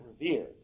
revered